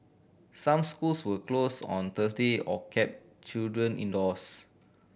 some schools were closed on Thursday or kept children indoors